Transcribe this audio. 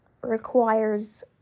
requires